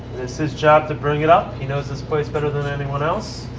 it's his job to bring it up. he knows this place better than anyone else.